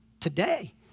today